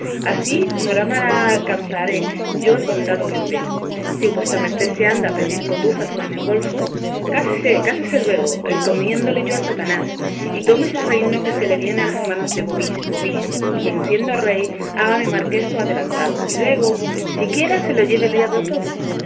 así noramala alcanzaré yo el condado que espero si vuestra merced se anda a pedir cotufas en el golfo cásese cásese luego encomiéndole yo a satanás y tome ese reino que se le viene a las manos de vobis vobis y en siendo rey hágame marqués o adelantado y luego siquiera se lo lleve el diablo todo